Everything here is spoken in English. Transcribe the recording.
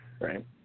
Right